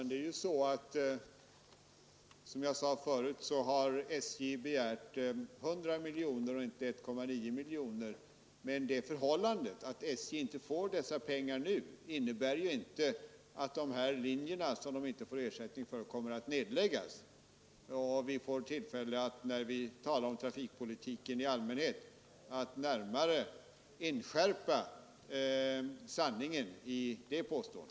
Herr talman! Som jag sade förut har SJ begärt 100 miljoner och inte 1,9 miljoner till olönsamma järnvägslinjer. Men det förhållandet att SJ inte får dessa pengar nu innebär ju inte att de här linjerna, som man inte får ersättning för, kommer att nedläggas. Det blir tillfälle att när vi senare skall debattera trafikpolitiken i allmänhet närmare inskärpa sanningen i det påståendet.